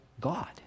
God